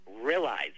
realize